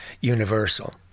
universal